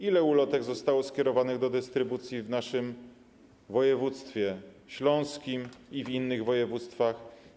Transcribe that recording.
Ile ulotek zostało skierowanych do dystrybucji w naszym województwie śląskim i w innych województwach?